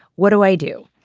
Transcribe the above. what do i do?